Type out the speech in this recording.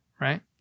Right